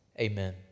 Amen